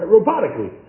Robotically